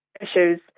issues